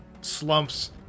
slumps